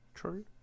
True